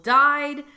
died